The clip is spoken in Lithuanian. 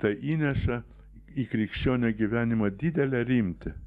tai įneša į krikščionio gyvenimą didelę rimtį